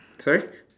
sorry